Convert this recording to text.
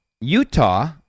Utah